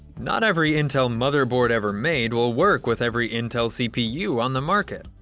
not every intel motherboard ever made will work with every intel cpu on the market.